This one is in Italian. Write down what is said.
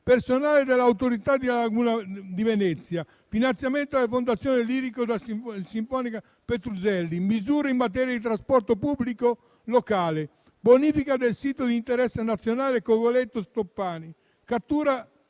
personale dell'Autorità per la Laguna di Venezia; finanziamento alla fondazione lirico-sinfonica Petruzzelli; misure in materia di trasporto pubblico locale; bonifica del sito di interesse nazionale Cogoleto Stoppani; cattura